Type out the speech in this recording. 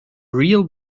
real